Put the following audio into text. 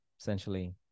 essentially